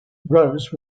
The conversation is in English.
rose